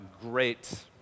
great